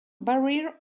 barrier